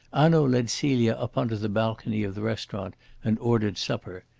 hanaud led celia up on to the balcony of the restaurant and ordered supper.